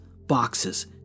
boxes